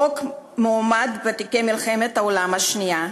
חוק מעמד ותיקי מלחמת העולם השנייה.